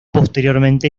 posteriormente